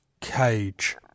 Cage